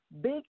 big